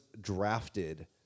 drafted